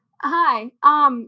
Hi